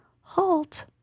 Halt